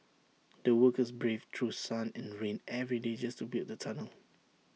the workers braved through sun and rain every day just to build the tunnel